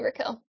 overkill